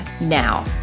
now